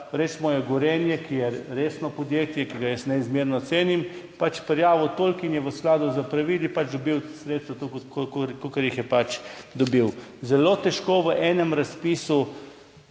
recimo Gorenje, ki je resno podjetje, ki ga jaz neizmerno cenim, pač prijavilo toliko in je v skladu s pravili pač dobilo toliko sredstev, kolikor jih je pač dobilo. Zelo težko v enem razpisu,